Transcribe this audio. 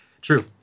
True